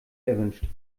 erwünscht